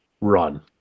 run